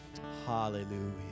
hallelujah